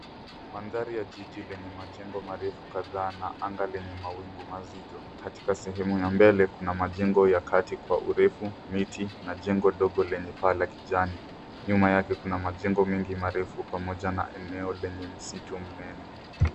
Mandhari ya jiji lenye majengo marefu kadhaa na anga lenye mawingu mazito. Katika sehemu ya mbele kuna majengo ya kati kwa urefu, miti na jengo dogo lenye paa la kijani. Nyuma yake kuna majengo mengi marefu pamoja na eneo lenye msitu mnene.